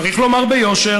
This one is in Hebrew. צריך לומר ביושר,